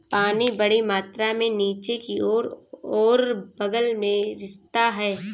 पानी बड़ी मात्रा में नीचे की ओर और बग़ल में रिसता है